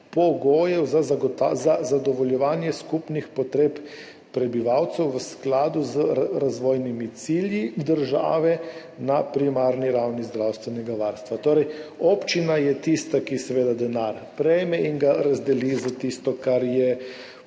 pogojev za zadovoljevanje skupnih potreb prebivalcev v skladu z razvojnimi cilji države na primarni ravni zdravstvenega varstva. Torej, občina je tista, ki seveda denar prejme in ga razdeli za tisto, kar je